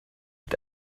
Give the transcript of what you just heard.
mit